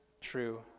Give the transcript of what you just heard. true